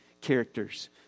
characters